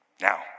Now